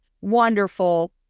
wonderful